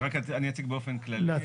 אני אציג באופן כללי.